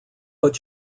but